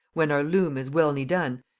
when our loom is welny done,